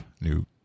new